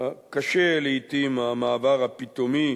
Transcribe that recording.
קשה לעתים המעבר הפתאומי,